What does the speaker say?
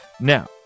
Now